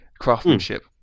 craftsmanship